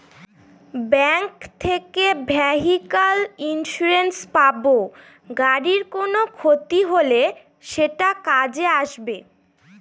bank থেকে vehicle insurance পাব গাড়ির কোনো ক্ষতি হলে সেটা কাজে আসবে